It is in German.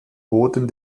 boden